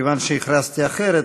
מכיוון שהכרזתי אחרת,